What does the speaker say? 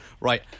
Right